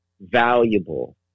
valuable